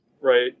right